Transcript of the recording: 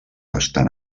estan